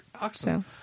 Awesome